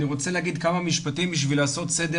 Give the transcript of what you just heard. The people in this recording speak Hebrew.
אני רוצה להגיד כמה משפטים בשביל לעשות סדר